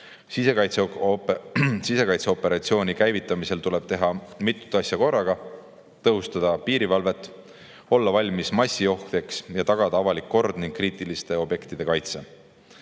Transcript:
Sisekaitseoperatsiooni käivitamisel tuleb teha mitut asja korraga: tõhustada piirivalvet, olla valmis massiohjeks ja tagada avalik kord ning kriitiliste objektide kaitse.